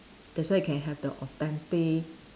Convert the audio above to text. that's why you can have the authentic